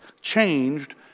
changed